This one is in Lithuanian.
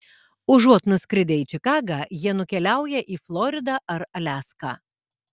užuot nuskridę į čikagą jie nukeliauja į floridą ar aliaską